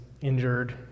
injured